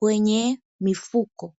kwenye mifuko.